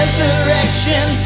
Resurrection